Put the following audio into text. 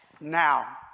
Now